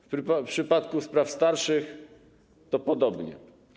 W przypadku spraw starszych - podobnie.